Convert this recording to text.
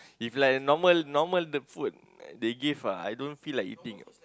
if like normal normal the food they give uh I don't feel like eating ah